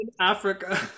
africa